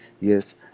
yes